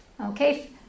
Okay